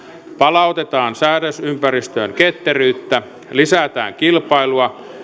palautetaan säädösympäristöön ketteryyttä lisätään kilpailua